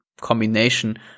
combination